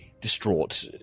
distraught